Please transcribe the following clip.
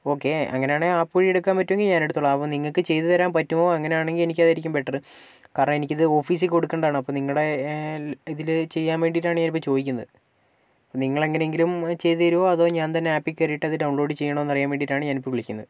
okay അങ്ങനെയാണെങ്കിൽ app വഴി എടുക്കാൻ പറ്റുമെങ്കിൽ ഞാനെടുത്തോളാം അപ്പോൾ നിങ്ങൾക്ക് ചെയ്തു തരാൻ പറ്റുമോ അങ്ങനെ ആണെങ്കിൽ എനിക്ക് അതായിരിക്കും ബെറ്ററ് കാരണം എനിക്കിത് ഓഫീസിൽ കൊടുക്കേണ്ടതാണ് അപ്പം നിങ്ങളുടെ ഇതിൽ ചെയ്യാൻ വേണ്ടിയിട്ടാണ് ഞാനിപ്പോൾ ചോദിക്കുന്നത് നിങ്ങൾ എങ്ങനെ എങ്കിലും ചെയ്തു തരുമോ അതോ ഞാൻ തന്നെ ആപ്പിൽ കയറിയിട്ട് അത് ഡൗൺലോഡ് ചെയ്യണോ എന്നറിയാൻ വേണ്ടിയിട്ടാണ് ഞാനിപ്പോൾ വിളിക്കുന്നത്